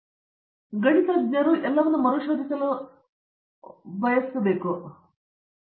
ಅರಂದಾಮ ಸಿಂಗ್ ಆದ್ದರಿಂದ ಈ ಗಣಿತಜ್ಞರು ಎಲ್ಲವನ್ನೂ ಮರುಶೋಧಿಸಲು ಬಯಸುವ ಈ ಅಸಹ್ಯ ಸ್ವಭಾವವನ್ನು ಎತ್ತಿಕೊಳ್ಳುತ್ತಾರೆ